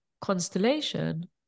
constellation